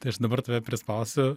tai aš dabar tave prispausiu